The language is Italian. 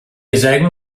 esegue